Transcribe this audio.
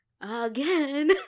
again